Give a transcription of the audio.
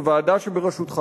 בוועדה שבראשותך,